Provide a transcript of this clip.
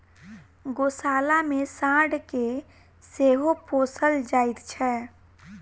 गोशाला मे साँढ़ के सेहो पोसल जाइत छै